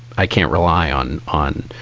i can't rely on on,